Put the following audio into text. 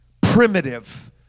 primitive